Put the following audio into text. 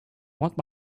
want